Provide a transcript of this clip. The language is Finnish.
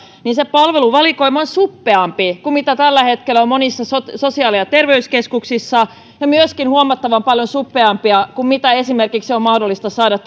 palveluvalikoima on suppeampi kuin tällä hetkellä on monissa sosiaali ja terveyskeskuksissa ja myöskin huomattavan paljon suppeampi kuin esimerkiksi on mahdollista saada